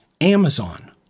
Amazon